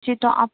جی تو آپ